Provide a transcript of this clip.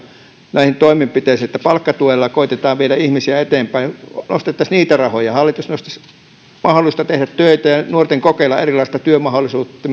näihin toimenpiteisiin että palkkatuella koetettaisiin viedä ihmisiä eteenpäin nostettaisiin niitä rahoja hallitus nostaisi nuorten mahdollisuutta tehdä töitä ja kokeilla erilaisia työmahdollisuuksia